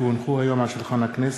כי הונחו היום על שולחן הכנסת,